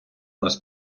нас